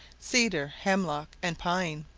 cedar, hemlock, and pine,